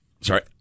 sorry